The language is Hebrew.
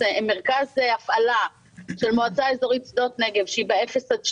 מרכז הפעלה של מועצה אזורית שדות נגב שהיא ב-0 עד 7,